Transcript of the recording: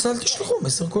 ראיתי שהוא תלמיד ישיבה.